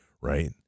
right